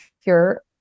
pure